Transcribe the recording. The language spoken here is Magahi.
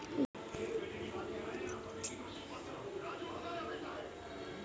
गाछ स गिरा टिकोलेक बच्चा ला हाथ स बटोर छ